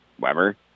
Weber